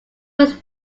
was